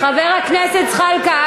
חבר הכנסת זחאלקה,